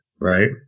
right